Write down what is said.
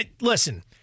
listen